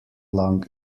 long